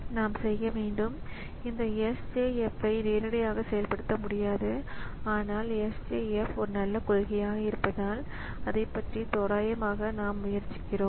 நாம் செய்ய வேண்டும் இந்த SJF ஐ நேரடியாக செயல்படுத்த முடியாது ஆனால் SJF ஒரு நல்ல கொள்கையாக இருப்பதால் அதைப் பற்றி தோராயமாகச் செய்ய நாம் முயற்சி செய்யலாம்